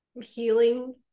healing